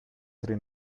tre